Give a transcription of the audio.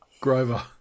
Grover